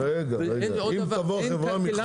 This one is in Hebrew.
אם תבוא חברה